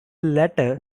latter